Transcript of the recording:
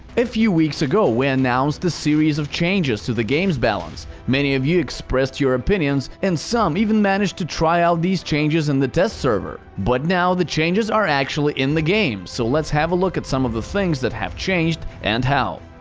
a few weeks ago we announced a series of changes to the game's balance. many of you expressed your opinions, and some even managed to try out these changes in the test server. but now the changes are actually in the game, so let's have a look at some of the things that have changed, and how.